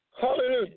Hallelujah